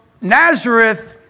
Nazareth